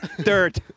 dirt